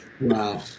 Wow